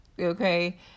Okay